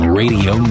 radio